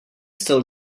still